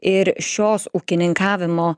ir šios ūkininkavimo